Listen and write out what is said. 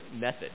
method